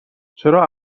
چرا